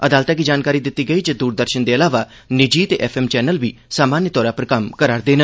अदालतै गी जानकारी दित्ती गेई जे दूरदर्शन दे इलावा निजी ते एफ एम चैनल बी सामान्य तौर उप्पर कम्म करा'रदे न